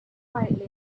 quietly